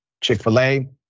Chick-fil-A